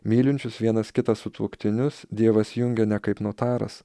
mylinčius vienas kitą sutuoktinius dievas jungia ne kaip notaras